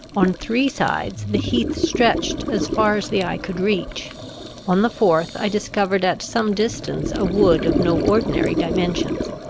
on three sides, the heath stretched as far as the eye could reach on the fourth, i discovered at some distance a wood of no ordinary dimensions.